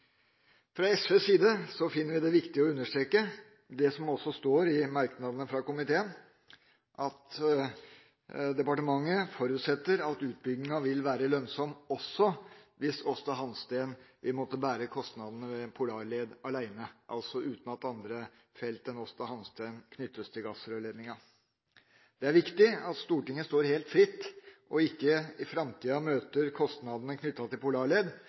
Fra SVs side finner vi det viktig å understreke det som også står i merknadene fra komiteen, at departementet forutsetter at utbyggingen vil være lønnsom også hvis Aasta Hansteen vil måtte bære kostnadene ved Polarled alene, altså uten at andre felt enn Aasta Hansteen knyttes til gassrørledningen. Det er viktig at Stortinget står helt fritt og ikke i framtiden møter kostnadene knyttet til